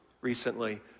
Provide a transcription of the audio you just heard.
recently